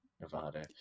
Nevada